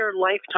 lifetime